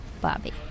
Bobby